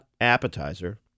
appetizer